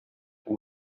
that